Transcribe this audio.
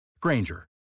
Granger